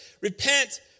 repent